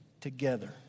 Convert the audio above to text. together